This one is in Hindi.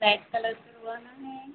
रेड कलर करवाना है